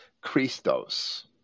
Christos